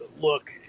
look